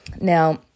Now